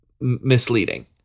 misleading